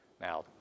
Now